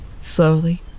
Slowly